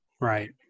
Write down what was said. Right